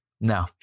No